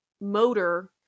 motor